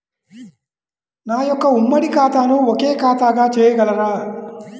నా యొక్క ఉమ్మడి ఖాతాను ఒకే ఖాతాగా చేయగలరా?